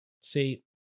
see